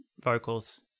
vocals